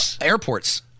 airports